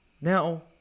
Now